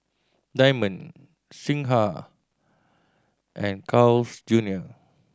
Diamond Singha and Carl's Junior